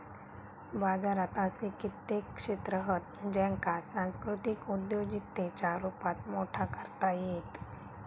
बाजारात असे कित्येक क्षेत्र हत ज्येंका सांस्कृतिक उद्योजिकतेच्या रुपात मोठा करता येईत